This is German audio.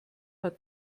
hat